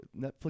Netflix